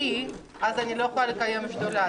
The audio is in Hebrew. כי אז אני לא יכולה לקיים שדולה.